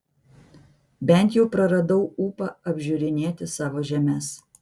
bent jau praradau ūpą apžiūrinėti savo žemes